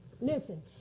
Listen